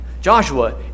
Joshua